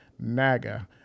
naga